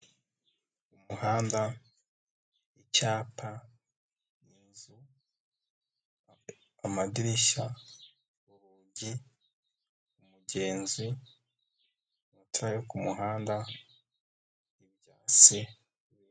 Umuhanda, icyapa, ni inzu, amadirishya, urugi, umugenzi, amatara yo ku muhanda, ibyatsi.